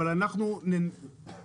אבל אנחנו נבקר,